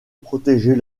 protéger